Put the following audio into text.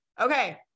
Okay